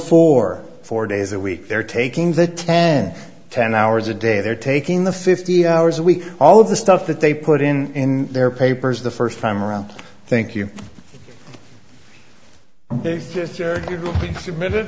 four four days a week they're taking the ten ten hours a day they're taking the fifty hours a week all of the stuff that they put in their papers the first time around think you just you're